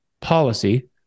policy